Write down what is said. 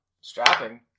strapping